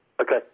okay